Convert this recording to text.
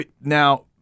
now